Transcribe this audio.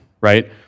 right